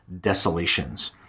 Desolations